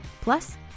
Plus